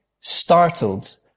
Startled